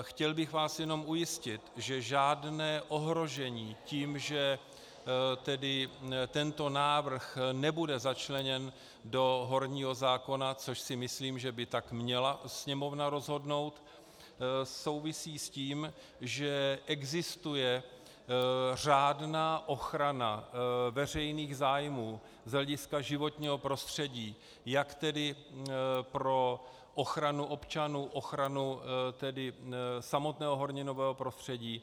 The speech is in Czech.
Chtěl bych vás jenom ujistit, že žádné ohrožení tím, že tento návrh nebude začleněn do horního zákona což si myslím, že by tak měla Sněmovna rozhodnout souvisí s tím, že existuje řádná ochrana veřejných zájmů z hlediska životního prostředí jak pro ochranu občanů, tak pro ochranu samotného horninového prostředí.